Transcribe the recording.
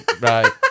right